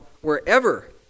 wherever